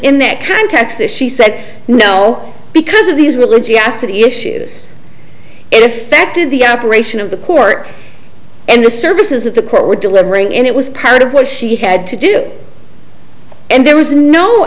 in that context that she said no because of these religiosity issues it affected the operation of the court and the services that the court were delivering and it was proud of what she had to do and there was no